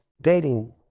dating